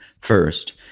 first